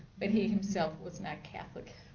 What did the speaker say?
but he himself was not catholic.